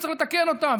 וצריך לתקן אותם,